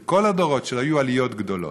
בכל הדורות שהיו עליות גדולות,